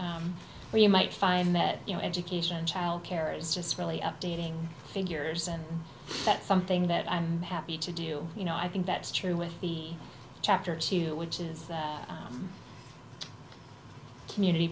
where you might find that you know education childcare is just really updating figures and that's something that i'm happy to do you know i think that's true with the chapter two which is a community